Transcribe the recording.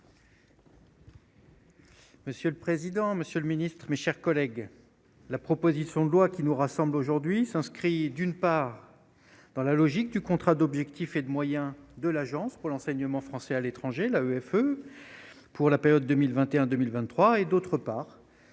Monsieur le président, Monsieur le Ministre, mes chers collègues, la proposition de loi qui nous rassemble aujourd'hui s'inscrit d'une part dans la logique du contrat d'objectifs et de moyens de l'Agence pour l'enseignement français à l'étranger la EFE pour la période 2021 2023 et d'autre part